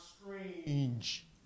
strange